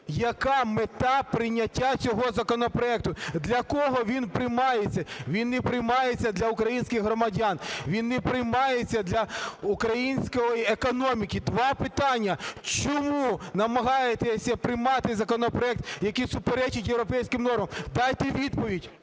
яка мета прийняття цього законопроекту. Для кого він приймається? Він не приймається для українських громадян, він не приймається для української економіки. Два питання. Чому намагаєтеся приймати законопроект, який суперечить європейським нормам? Дайте відповідь,